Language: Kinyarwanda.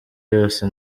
yose